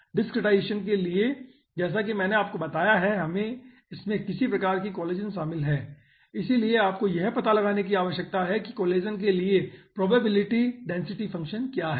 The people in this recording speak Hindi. अब डिसक्रीटाईजेसन के लिए जैसा कि मैंने आपको बताया है कि इसमें किसी प्रकार की कोलेजन शामिल है इसलिए आपको यह पता लगाने की आवश्यकता है कि कोलेजन के लिए प्रोबेबिलिटी डेंसिटी फंक्शन क्या है